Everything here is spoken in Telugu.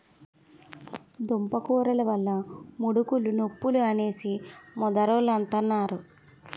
దుంపకూరలు వల్ల ముడుకులు నొప్పులు అనేసి ముదరోలంతన్నారు